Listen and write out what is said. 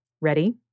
Ready